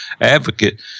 advocate